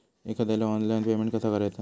एखाद्याला online payment कसा करायचा?